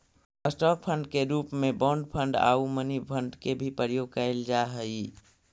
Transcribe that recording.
stock fund के रूप में बॉन्ड फंड आउ मनी फंड के भी प्रयोग कैल जा हई